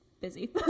busy